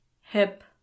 hip